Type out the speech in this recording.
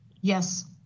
Yes